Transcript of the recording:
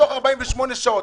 תוך 48 שעות.